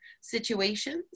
situations